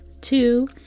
Two